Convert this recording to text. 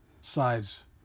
sides